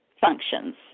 functions